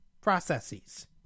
Processes